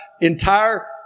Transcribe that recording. entire